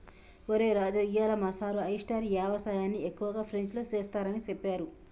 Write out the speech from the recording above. ఒరై రాజు ఇయ్యాల మా సారు ఆయిస్టార్ యవసాయన్ని ఎక్కువగా ఫ్రెంచ్లో సెస్తారని సెప్పారు